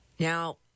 Now